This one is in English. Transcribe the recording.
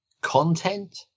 content